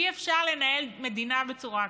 אי-אפשר לנהל מדינה בצורה כזאת.